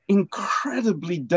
incredibly